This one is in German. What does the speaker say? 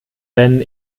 wenn